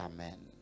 Amen